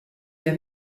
der